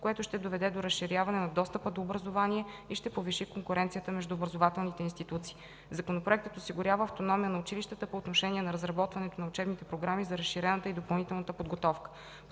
което ще доведе до разширяване на достъпа до образование и ще повиши конкуренцията между образователните институции. Законопроектът осигурява автономия на училищата по отношение на разработването на учебните програми за разширената и допълнителната подготовка.